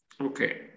Okay